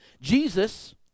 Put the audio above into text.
Jesus